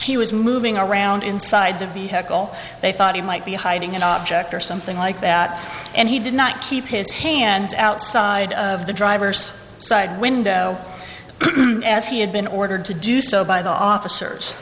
he was moving around inside the vehicle they thought he might be hiding an object or something like that and he did not keep his hands outside of the driver's side window as he had been ordered to do so by the officers